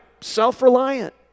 Self-reliant